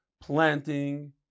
planting